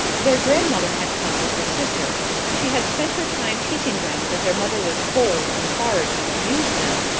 their grandmother had come with her sister she had spent her time teaching them that their mother was cold, and hard, and abused them,